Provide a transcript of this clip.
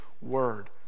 word